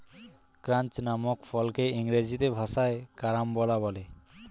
ক্রাঞ্চ নামক ফলকে ইংরেজি ভাষায় কারাম্বলা বলে